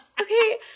Okay